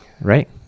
Right